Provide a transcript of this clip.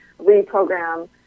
reprogram